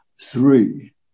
three